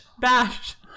Bash